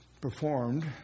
performed